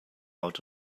haut